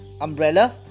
Umbrella